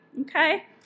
Okay